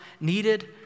needed